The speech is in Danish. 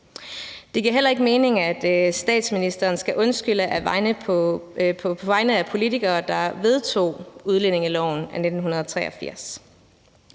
Det giver heller ikke mening, at statsministeren skal undskylde på vegne af politikere, der vedtog udlændingeloven i 1983.